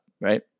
right